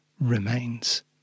remains